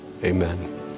Amen